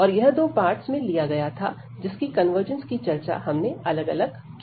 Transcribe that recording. और यह दो पार्ट्स में लिया गया था जिसकी कन्वर्जंस की चर्चा हमने अलग अलग की